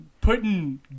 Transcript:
putting